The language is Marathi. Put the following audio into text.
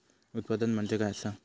उत्पादन म्हणजे काय असा?